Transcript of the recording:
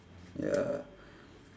ya